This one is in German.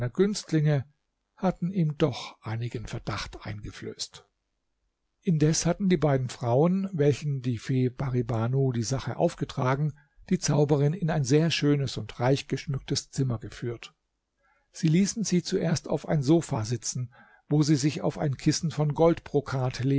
günstlinge hatten ihm doch einigen verdacht eingeflößt indes hatten die beiden frauen welchen die fee pari banu die sache aufgetragen die zauberin in ein sehr schönes und reich geschmücktes zimmer geführt sie ließen sie zuerst auf ein sofa sitzen wo sie sich auf ein kissen von goldbrokat